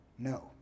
No